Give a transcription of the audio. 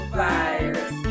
virus